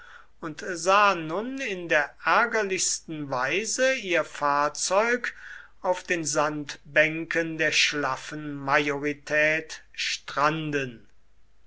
und sah nun in der ärgerlichsten weise ihr fahrzeug auf den sandbänken der schlaffen majorität stranden